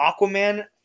aquaman